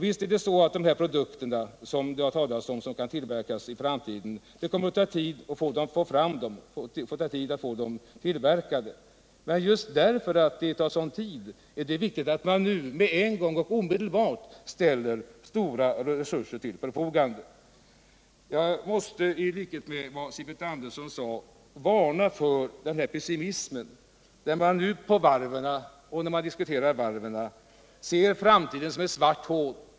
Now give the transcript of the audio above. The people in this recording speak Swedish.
Visst är det så att de produkter som det har talats om och som kan tillverkas i framtiden tar tid att få fram och tar tid att få tillverkade, men just därför att det tar sådan tid är det viktigt att nu med en gång och omedelbart ställa stora resurser till förfogande. Jag måste, i likhet med vad Sivert Andersson sade, varna för pessimism när man diskuterar varven och ser framtiden som ett svart hål.